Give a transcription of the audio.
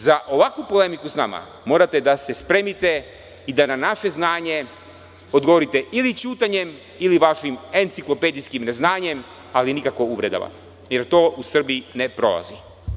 Za ovakvu polemiku sa nama morate da se spremite i da na naše znanje odgovorite ili ćutanjem, ili vašim enciklopedijskim neznanjem, ali nikako uvredama, jer to u Srbiji ne prolazi.